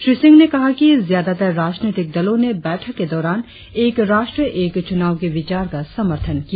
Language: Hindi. श्री सिंह ने कहा कि ज्यादातर राजनीतिक दलों ने बैठक के दौरान एक राष्ट्र एक चुनाव के विचार का समर्थन किया